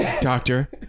Doctor